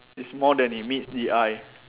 it's more than it meets the eye